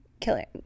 killing